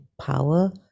power